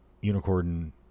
unicorn